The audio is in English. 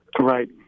Right